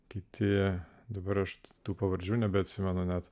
kiti dabar aš tų pavardžių nebeatsimenu net